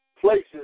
places